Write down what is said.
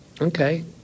okay